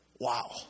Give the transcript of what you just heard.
Wow